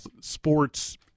sports